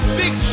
big